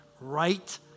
right